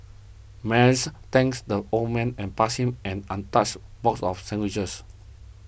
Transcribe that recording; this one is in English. Mary's thanks the old man and passed him an untouched box of sandwiches